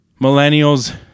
millennials